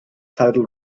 tidal